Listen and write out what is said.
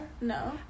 No